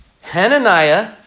Hananiah